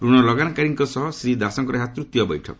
ଋଣ ଲଗାଣକାରୀଙ୍କ ସହ ଶ୍ରୀ ଦାସଙ୍କର ଏହା ତୃତୀୟ ବୈଠକ